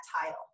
title